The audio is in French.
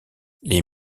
les